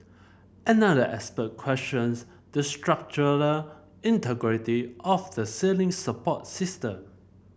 another expert questions the structural integrity of the ceiling support system